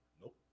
Nope